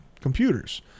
computers